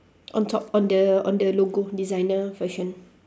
on top on the on the logo designer fashion